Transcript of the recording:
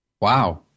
Wow